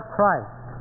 Christ